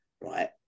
right